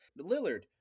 Lillard